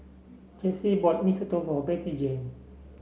Jase bought Mee Soto for Bettyjane